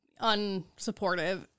unsupportive